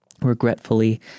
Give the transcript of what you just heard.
Regretfully